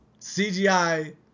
CGI